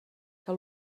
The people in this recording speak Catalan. que